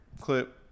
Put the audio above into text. clip